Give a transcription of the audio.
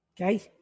Okay